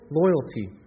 loyalty